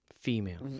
Female